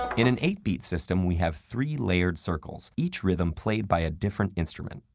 in an eight beat system, we have three layered circles, each rhythm played by a different instrument.